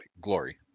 Glory